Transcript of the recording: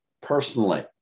personally